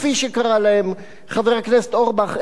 כפי שקרא להם חבר הכנסת אורבך,